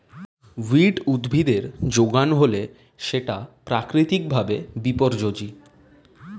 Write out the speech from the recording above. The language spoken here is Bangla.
উইড উদ্ভিদের যোগান হলে সেটা প্রাকৃতিক ভাবে বিপর্যোজী